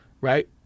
right